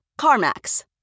CarMax